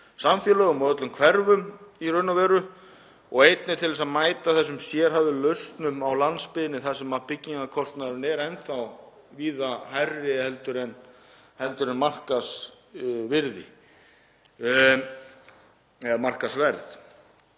samfélögum og öllum hverfum í raun og veru og einnig til að mæta þessum sérhæfðu lausnum á landsbyggðinni þar sem byggingarkostnaðurinn er enn þá víða hærri en markaðsverð.